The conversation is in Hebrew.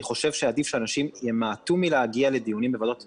אני חושב שעדיף שאנשים ימעטו מלהגיע לדיונים בוועדות התכנון.